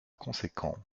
conséquent